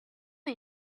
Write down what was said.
are